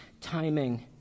timing